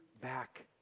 back